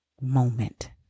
moment